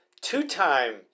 two-time